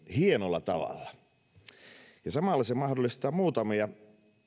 hienolla tavalla ja samalla se mahdollistaa muutamia